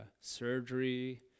surgery